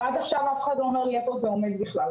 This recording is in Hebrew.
ועד עכשיו אף אחד לא אומר לי איפה זה עומד בכלל.